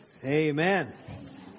Amen